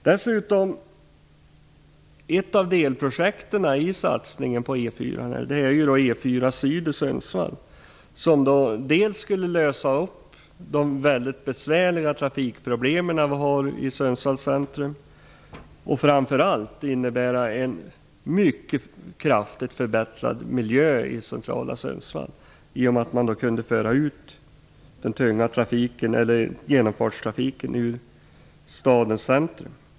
Dessutom ingår i satsningen på E 4 ett delprojekt med E 4 Syd i Sundsvall, som dels skulle lösa de väldigt besvärliga trafikproblemen i Sundsvalls centrum, dels framför allt skulle innebära en mycket kraftigt förbättrad miljö i centrala Sundsvall, genom att den tunga trafiken och genomfartstrafiken kunde föras ut ur stadens centrum.